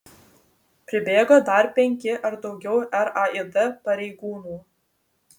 pribėgo dar penki ar daugiau raid pareigūnų